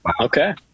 Okay